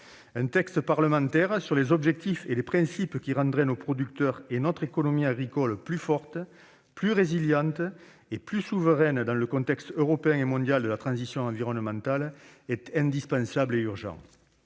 Un texte parlementaire sur les objectifs et les principes qui rendraient nos producteurs et notre économie agricole plus forte, plus résiliente et plus souveraine dans le contexte européen et mondial de la transition environnementale est indispensable et urgent.